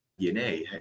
DNA